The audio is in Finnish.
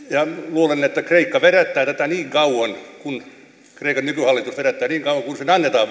luulen että kreikka vedättää tätä niin kauan kuin kreikan nykyhallitus vedättää niin kauan kuin sen annetaan